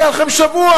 לקח לכם שבוע